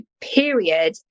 period